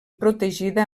protegida